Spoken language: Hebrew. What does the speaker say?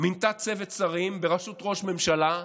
מינתה צוות שרים בראשות ראש ממשלה,